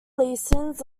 lesions